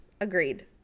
Agreed